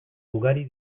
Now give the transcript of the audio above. ugari